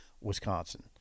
Wisconsin